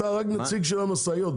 אתה נציג של המשאיות.